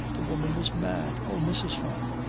the woman was mad. oh! mrs. fyne,